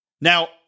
Now